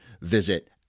visit